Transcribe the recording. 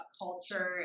culture